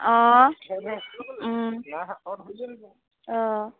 অঁ অঁ